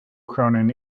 cronin